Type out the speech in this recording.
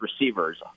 receivers